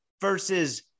versus